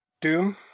Doom